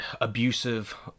abusive